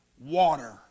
water